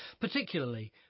particularly